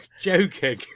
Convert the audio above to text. joking